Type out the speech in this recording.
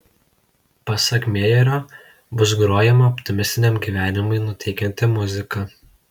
pasak mejero bus grojama optimistiniam gyvenimui nuteikianti muzika